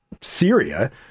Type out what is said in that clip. Syria